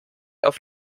auf